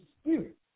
spirit